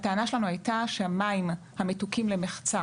הטענה שלנו הייתה שהמים המתוקים למחצה